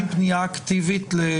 מתי עושים פנייה אקטיבית?